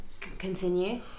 continue